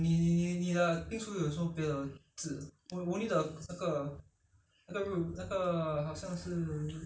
yes the korean sauce the korean sauce I I don't think it's suitable you you have to use the teriyaki sauce I think it's more suitable japenese [what]